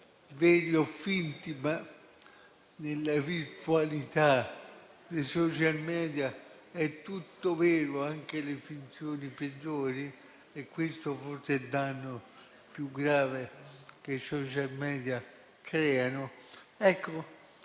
veri o finti, perché nella virtualità dei *social media* è tutto vero, anche le finzioni peggiori. E questo, forse, è il danno più grave che i *social media* arrecano. È